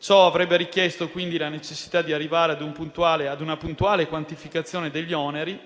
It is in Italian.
Ciò avrebbe richiesto quindi la necessità di arrivare ad una puntuale quantificazione degli oneri